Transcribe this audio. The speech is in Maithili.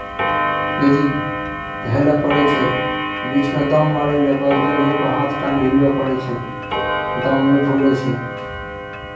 यदि हेलय पड़ै छै बीचमे दम मारय लए बस जगहेपर हाथ टाङ्ग हिलबय पड़ै छै दम नहि फूलै छै